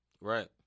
right